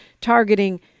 targeting